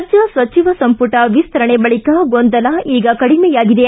ರಾಜ್ಯ ಸಚಿವ ಸಂಪುಟ ವಿಸ್ತರಣೆ ಬಳಿಕ ಗೊಂದಲ ಈಗ ಕಡಿಮೆಯಾಗಿದೆ